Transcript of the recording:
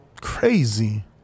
Crazy